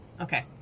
okay